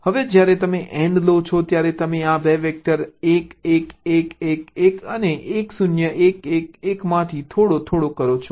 હવે જ્યારે તમે AND લો છો ત્યારે તમે આ 2 વેક્ટર 1 1 1 1 1 1 અને 1 0 1 11 માંથી થોડો થોડો કરો છો